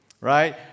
right